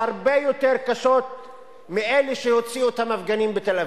איך אומרים,